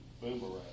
Boomerang